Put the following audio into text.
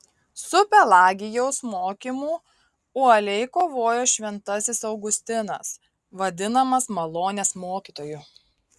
su pelagijaus mokymu uoliai kovojo šventasis augustinas vadinamas malonės mokytoju